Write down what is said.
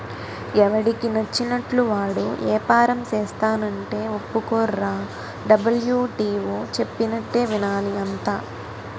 ఎవడికి నచ్చినట్లు వాడు ఏపారం సేస్తానంటే ఒప్పుకోర్రా డబ్ల్యు.టి.ఓ చెప్పినట్టే వినాలి అంతా